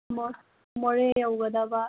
ꯃꯣꯔꯦ ꯌꯧꯒꯗꯕ